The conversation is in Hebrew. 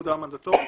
בפקודה המנדטורית.